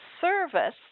service